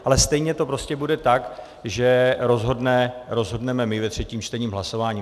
Ale stejně to prostě bude tak, že rozhodneme my ve třetím čtení hlasováním.